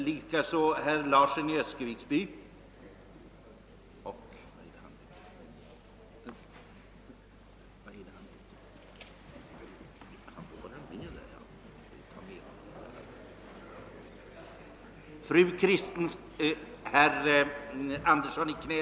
Herr talman! I det stycke som börjar på s. 1 och slutar på s. 2 i utlåtandet står svaret att läsa. Det är väl inte radernas antal som bestämmer innehållet utan det är fråga om vad raderna ger till känna.